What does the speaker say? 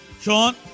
Sean